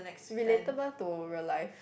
relatable to real life